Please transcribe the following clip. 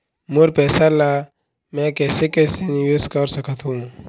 मोर पैसा ला मैं कैसे कैसे निवेश कर सकत हो?